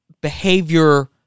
behavior